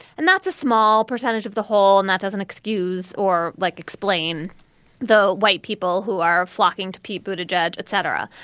and that's a small percentage of the whole. and that doesn't excuse or like explain the white people who are flocking to people to judge, etc.